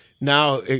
now